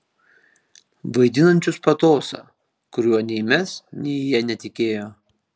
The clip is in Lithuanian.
vaidinančius patosą kuriuo nei mes nei jie netikėjo